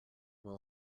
will